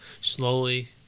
slowly